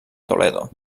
toledo